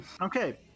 Okay